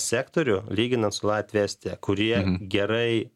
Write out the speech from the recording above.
sektorių lyginant su latvija estija kurie gerai